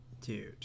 Dude